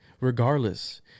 regardless